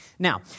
Now